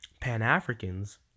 Pan-Africans